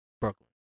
Brooklyn